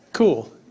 cool